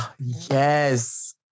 yes